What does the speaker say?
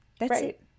Right